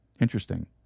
Interesting